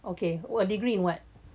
okay what degree you want